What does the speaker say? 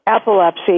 epilepsy